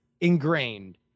ingrained